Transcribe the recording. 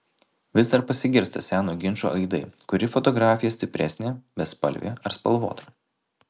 vis dar pasigirsta seno ginčo aidai kuri fotografija stipresnė bespalvė ar spalvota